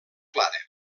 clara